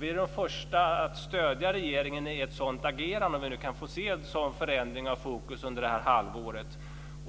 Vi är de första att stödja regeringen om vi kan få se en sådan förändring av fokus under det här halvåret.